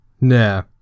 Nah